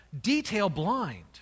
detail-blind